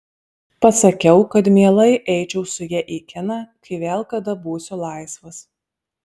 pasakiau kad mielai eičiau su ja į kiną kai vėl kada būsiu laisvas